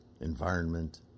environment